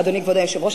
אדוני כבוד היושב-ראש,